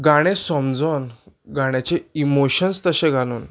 गाणें समजोन गाण्याचे इमोशन्स तशें घालून